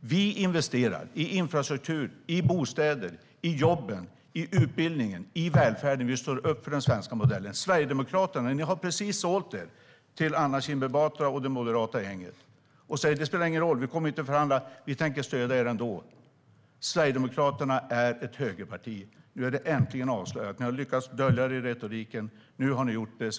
Vi investerar i infrastruktur, i bostäder, i jobben, i utbildningen och i välfärden. Vi står upp för den svenska modellen. Ni i Sverigedemokraterna har precis sålt er till Anna Kinberg Batra och det moderata gänget. Ni säger: Det spelar ingen roll. Vi kommer inte att förhandla, men vi tänker stödja er ändå. Sverigedemokraterna är ett högerparti. Nu är det äntligen avslöjat. Ni har lyckats dölja det i retoriken. Nu har ni gjort det klart.